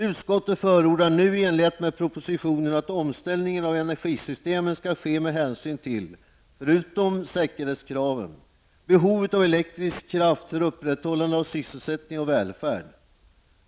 Utskottet förordar nu, i enlighet med propositionen, att omställningen av energisystemen skall ske med hänsyn till, förutom säkerhetskraven, behovet av elektrisk kraft för upprätthållande av sysselsättning och välfärd.